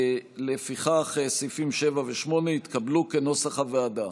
לפיכך סעיפים 7 ו-8 התקבלו כנוסח הוועדה.